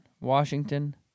Washington